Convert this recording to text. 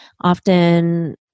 Often